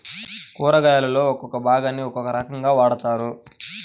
కూరగాయలలో ఒక్కో భాగాన్ని ఒక్కో రకంగా వాడతారు